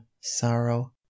sorrow